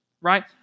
Right